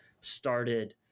started